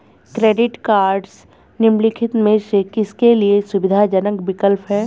Credit cards निम्नलिखित में से किसके लिए सुविधाजनक विकल्प हैं?